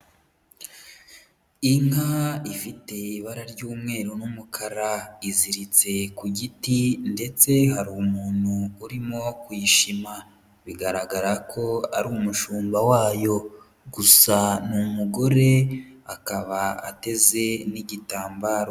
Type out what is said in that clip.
Inka ifite ibara ry'umweru n'umukara, iziritse ku giti ndetse hari umuntu urimo kuyishima, bigaragara ko ari umushumba wayo, gusa ni umugore akaba ateze n'igitambaro.